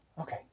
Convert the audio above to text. okay